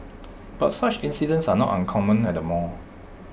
but such incidents are not uncommon at the mall